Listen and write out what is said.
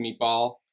meatball